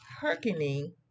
hearkening